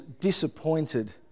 disappointed